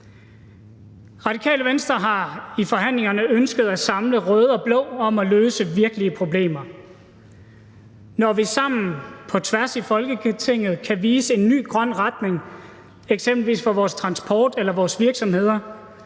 Radikale Venstre har i forhandlingerne ønsket at samle røde og blå om at løse virkelige problemer. Når vi sammen på tværs i Folketinget kan vise en ny grøn retning, eksempelvis for vores transport eller vores virksomheder,